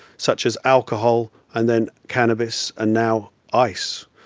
such as alcohol and then cannabis and now ice,